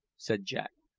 said jack,